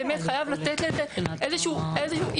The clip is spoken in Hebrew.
באמת חייב לתת לזה איזה שהוא אינפוט,